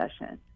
session